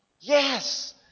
Yes